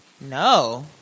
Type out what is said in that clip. No